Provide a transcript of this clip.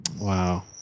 Wow